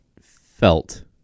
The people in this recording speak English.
felt